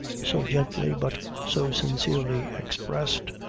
so gently, but so sincerely expressed,